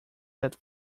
that